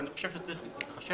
אבל אני חושב שצריך להתחשב